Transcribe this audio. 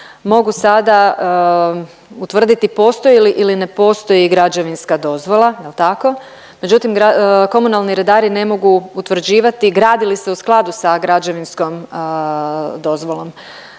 mogu sada utvrditi postoji li ili ne postoji građevinska dozvola jel' tako? Međutim, komunalni redari ne mogu utvrđivati gradi li se u skladu sa građevinskom dozvolom.